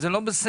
שזה לא בסדר.